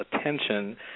attention